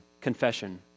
confession